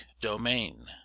domain